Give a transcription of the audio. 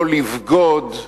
לא לבגוד,